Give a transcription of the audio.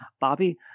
Bobby